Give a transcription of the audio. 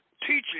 teaching